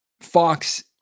Fox